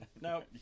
no